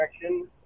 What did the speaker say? direction